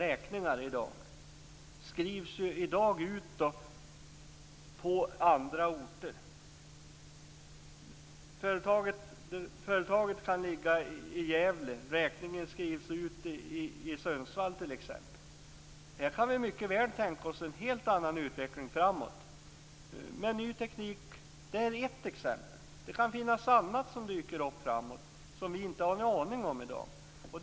Räkningar t.ex. skrivs i dag ut på andra orter än där företaget ligger. Företaget kan ligga i Gävle men räkningen skrivs ut i Sundsvall t.ex. Där kan vi mycket väl tänka oss en helt annan utveckling framöver med ny teknik. Det är ett exempel men annat kan dyka upp framöver som vi i dag inte har en aning om.